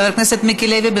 חבר הכנסת מיקי לוי,